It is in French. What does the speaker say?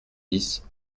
dix